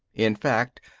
in fact,